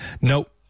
Nope